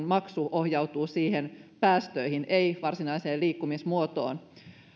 maksu ohjautuu päästöihin ei varsinaiseen liikkumismuotoon